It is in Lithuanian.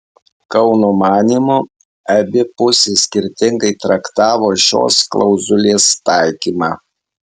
kauno manymu abi pusės skirtingai traktavo šios klauzulės taikymą